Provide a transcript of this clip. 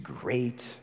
great